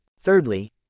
Thirdly